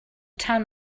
time